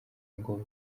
ngo